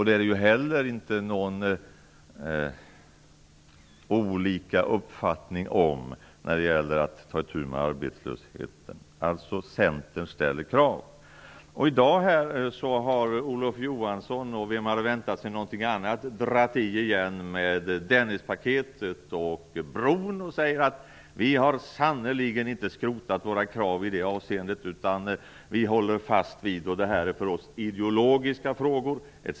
Det finns inte heller olika uppfattningar när det gäller att ta itu med arbetslösheten. Centern ställer alltså krav. I dag har Olof Johansson - och vem hade väntat sig något annat? - dragit i gång igen mot Dennispaketet och bron. Han säger: Vi har sannerligen inte skrotat några krav i det avseendet, utan vi håller fast vid detta. Det är för oss ideologiska frågor etc.